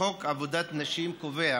לחוק עבודת נשים קובע